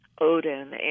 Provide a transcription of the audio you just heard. Odin